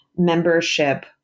membership